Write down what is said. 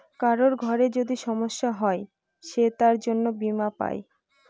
কারোর ঘরে যদি সমস্যা হয় সে তার জন্য বীমা পাই